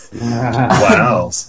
wow